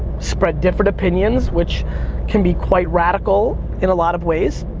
spread different opinions, which can be quite radical in a lot of ways.